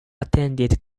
attended